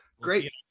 great